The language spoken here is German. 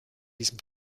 diesem